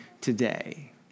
today